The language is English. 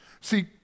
See